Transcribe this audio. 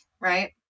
right